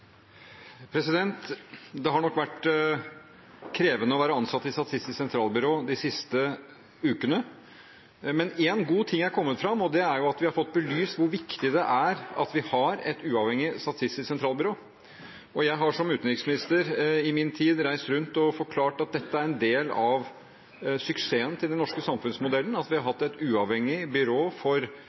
Det har nok vært krevende å være ansatt i Statistisk sentralbyrå de siste ukene. Men én god ting er kommet fram, og det er at vi har fått belyst hvor viktig det er at vi har et uavhengig Statistisk sentralbyrå. Jeg reiste i min tid som utenriksminister rundt og forklarte at det er en del av suksessen til den norske samfunnsmodellen at vi har hatt et uavhengig byrå for